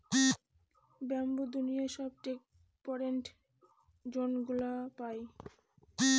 bamboo দুনিয়ার সব temperate জোনগুলা পায়